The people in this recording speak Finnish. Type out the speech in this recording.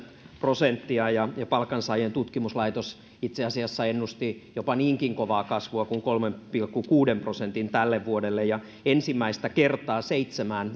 prosenttia ja palkansaajien tutkimuslaitos itse asiassa ennusti jopa niinkin kovaa kasvua kuin kolme pilkku kuusi prosenttia tälle vuodelle ensimmäistä kertaa seitsemään